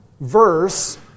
verse